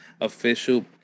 official